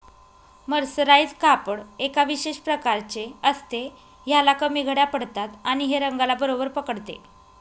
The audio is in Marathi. मर्सराइज कापड एका विशेष प्रकारचे असते, ह्याला कमी घड्या पडतात आणि हे रंगाला बरोबर पकडते